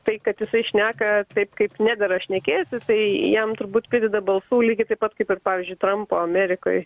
tai kad jisai šneka taip kaip nedera šnekėti tai jam turbūt prideda balsų lygiai taip pat kaip ir pavyzdžiui trampo amerikoj